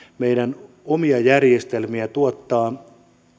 meidän omia järjestelmiä tuottamaan